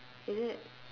is it